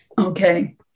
okay